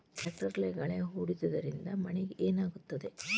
ಟ್ರಾಕ್ಟರ್ಲೆ ಗಳೆ ಹೊಡೆದಿದ್ದರಿಂದ ಮಣ್ಣಿಗೆ ಏನಾಗುತ್ತದೆ?